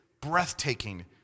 breathtaking